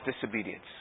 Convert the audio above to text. disobedience